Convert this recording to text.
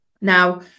Now